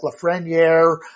Lafreniere